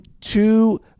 two